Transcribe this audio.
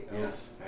Yes